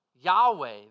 Yahweh